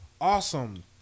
awesome